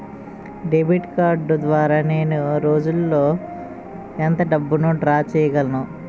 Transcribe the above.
Debit card ద్వారా నేను రోజు లో ఎంత డబ్బును డ్రా చేయగలను?